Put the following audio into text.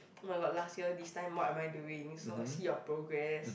oh-my-god last year this time what am I doing so I see your progress